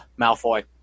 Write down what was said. Malfoy